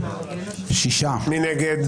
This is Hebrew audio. מי נגד?